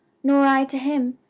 nor i to him.